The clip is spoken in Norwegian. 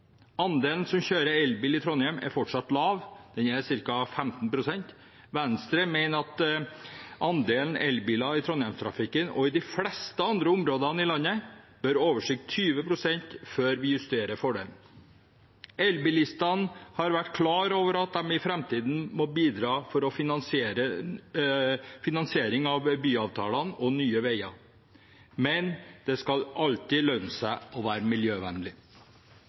Andelen som kjører elbil i Trondheim, er fortsatt lav. Den er ca. 15 pst. Venstre mener at andelen elbiler i Trondheim-trafikken og i de fleste andre områder i landet bør overstige 20 pst. før vi justerer fordelen. Elbilistene har vært klar over at de i framtiden må bidra til finansiering av byavtalene og nye veier. Men det skal alltid lønne seg å være miljøvennlig.